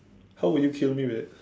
how would you kill me with